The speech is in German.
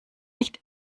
nicht